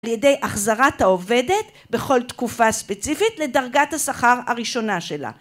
לידי החזרת העובדת בכל תקופה ספציפית לדרגת השכר הראשונה שלה.